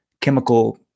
chemical